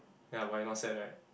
ya but you not sad right